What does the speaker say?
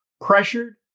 pressured